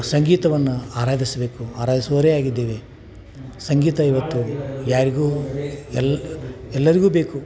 ಸಂಗೀತವನ್ನು ಆರಾಧಿಸಬೇಕು ಆರಾಧಿಸುವವರೇ ಆಗಿದ್ದೀವಿ ಸಂಗೀತ ಇವತ್ತು ಯಾರಿಗೂ ಎಲ್ಲ ಎಲ್ಲರಿಗೂ ಬೇಕು